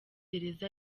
gereza